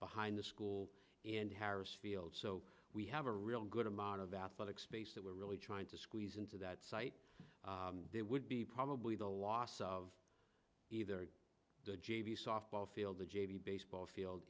behind the school and harris field so we have a real good amount of athletic space that we're really trying to squeeze into that site there would be probably the loss of either the j v softball field the j v baseball field